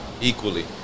equally